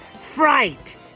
fright